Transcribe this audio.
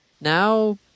Now